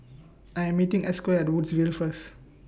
I Am meeting Esco At Woodsville First